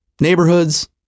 neighborhoods